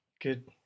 good